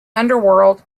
underworld